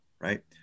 right